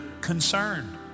concerned